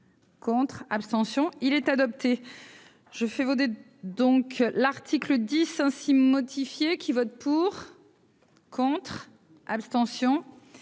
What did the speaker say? Contre, abstention il est adopté, je fais voter donc l'article 10 ainsi modifié qui votent pour, contre, abstention